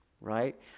Right